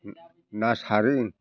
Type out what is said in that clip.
ना सारो